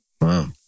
Wow